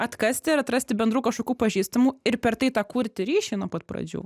atkasti ir atrasti bendrų kažkokių pažįstamų ir per tai tą kurti ryšį nuo pat pradžių